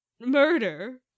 murder